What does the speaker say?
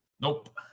Nope